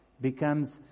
becomes